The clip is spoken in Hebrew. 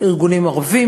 ארגונים ערביים,